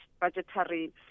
budgetary